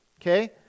Okay